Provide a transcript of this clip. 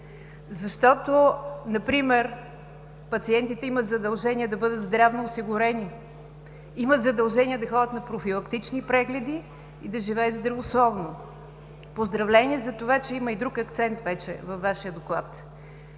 защото например пациентите имат задължение да бъдат здравноосигурени, имат задължение да ходят на профилактични прегледи и да живеят здравословно. Поздравления за това, че има и друг акцент вече във вашия доклад.